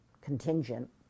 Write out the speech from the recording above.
contingent